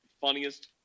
funniest